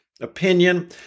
opinion